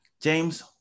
James